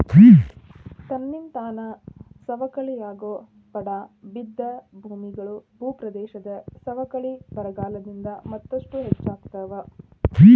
ತನ್ನಿಂತಾನ ಸವಕಳಿಯಾಗೋ ಪಡಾ ಬಿದ್ದ ಭೂಮಿಗಳು, ಭೂಪ್ರದೇಶದ ಸವಕಳಿ ಬರಗಾಲದಿಂದ ಮತ್ತಷ್ಟು ಹೆಚ್ಚಾಗ್ತಾವ